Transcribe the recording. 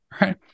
Right